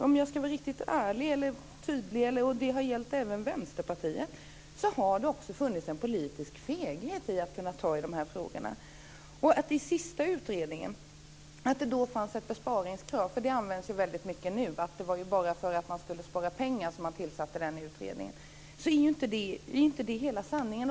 Om jag ska vara riktigt ärlig och tydlig så har det också funnits en politisk feghet när det gäller att ta i dessa frågor, och det har gällt även I den senaste utredningen fanns det ett besparingskrav. Och nu framförs det väldigt mycket att det var bara för att man skulle spara pengar som man tillsatte den utredningen. Men det är ju inte hela sanningen.